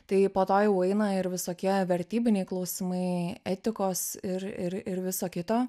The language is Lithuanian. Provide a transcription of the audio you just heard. tai po to jau eina ir visokie vertybiniai klausimai etikos ir ir ir viso kito